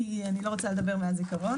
כי אני לא רוצה לדבר מהזיכרון.